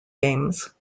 games